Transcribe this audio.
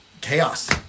chaos